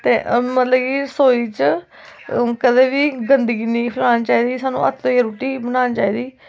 ते मतलब कि रसोई च कदें बी गंदगी नी फलाना चाहिदी हत्थ धोइयै सानू रुट्टी बनानी चाहिदी